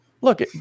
Look